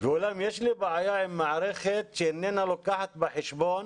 ואולם יש לי בעיה עם מערכת שאיננה לוקחת בחשבון